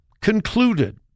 concluded